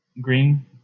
green